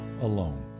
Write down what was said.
alone